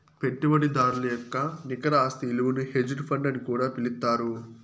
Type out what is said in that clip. పెట్టుబడిదారుల యొక్క నికర ఆస్తి ఇలువను హెడ్జ్ ఫండ్ అని కూడా పిలుత్తారు